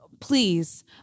Please